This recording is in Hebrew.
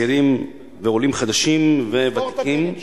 צעירים ועולים חדשים וותיקים.